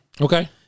Okay